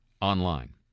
online